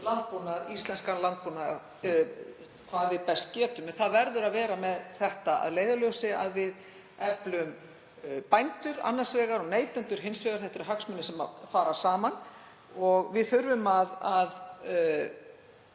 íslenskan landbúnað hvað við best getum. En það verður að vera með það að leiðarljósi að við eflum bændur annars vegar og neytendur hins vegar, það eru hagsmunir sem fara saman. Og við þurfum að